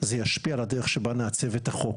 זה ישפיע על הדרך שבה נעצב את החוק.